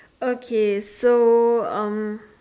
okay so um